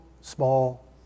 small